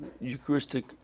Eucharistic